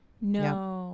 No